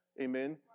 Amen